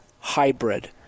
hybrid